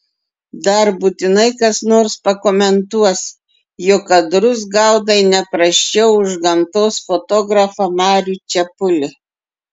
dar būtinai kas nors pakomentuos jog kadrus gaudai ne prasčiau už gamtos fotografą marių čepulį